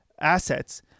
assets